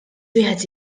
wieħed